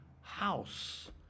house